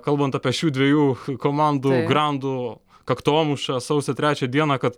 kalbant apie šių dviejų komandų grandų kaktomuša sausio trečią dieną kad